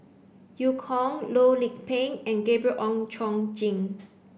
Eu Kong Loh Lik Peng and Gabriel Oon Chong Jin